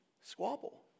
squabble